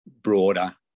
broader